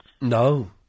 No